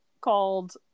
called